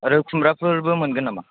आरो खुमब्राफोरबो मोनगोन नामा